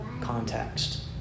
context